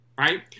Right